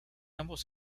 ambos